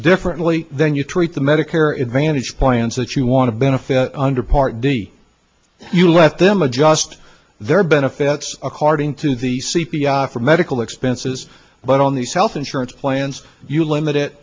differently than you treat the medicare advantage plans that you want to benefit under part d you let them adjust their benefits according to the c p i for medical expenses but on these health insurance plans you limit